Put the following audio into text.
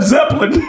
Zeppelin